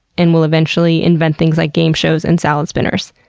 and will eventually invent things like game shows and salad spinners,